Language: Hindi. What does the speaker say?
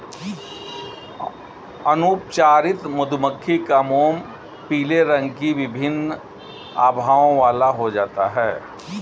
अनुपचारित मधुमक्खी का मोम पीले रंग की विभिन्न आभाओं वाला हो जाता है